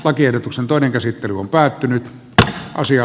lakiehdotuksen toinen käsittely on päättynyt ja asia